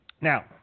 Now